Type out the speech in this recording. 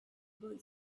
boy